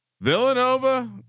Villanova